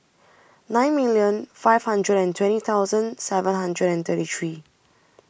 nine million five hundred and twenty thousand seven hundred and thirty three